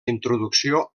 introducció